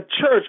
church